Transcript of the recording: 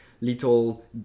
little